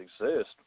exist